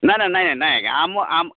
ନା ନା ନାଇ ନାଇଁ ଆଜ୍ଞା ଆମ ଆମ